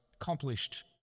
accomplished